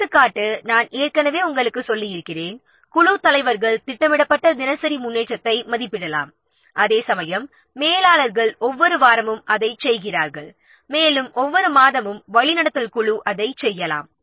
எடுத்துக்காட்டாக நாம் ஏற்கனவே உங்களுக்குச் சொல்லியிருக்கிரோம் குழுத் தலைவர்கள் திட்டமிடப்பட்ட தினசரி முன்னேற்றத்தை மதிப்பிடலாம் அதேசமயம் மேலாளர்கள் ஒவ்வொரு வாரமும் அதைச் செய்கிறார்கள் மேலும் ஒவ்வொரு மாதமும் வழிநடத்தல் குழு அதைச் செய்யலாம்